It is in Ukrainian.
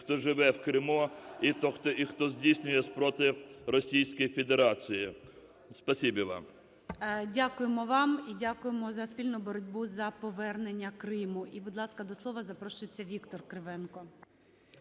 хто живе в Криму і, хто здійснює спротив Російській Федерації. Спасибі вам. ГОЛОВУЮЧИЙ. Дякуємо вам і дякуємо за спільну боротьбу за повернення Криму. І, будь ласка, до слова запрошується Віктор Кривенко.